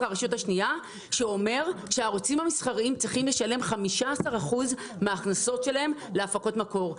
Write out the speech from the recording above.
שאומר שהערוצים המסחריים צריכים לשלם 15% מההכנסות שלהם להפקות מקור.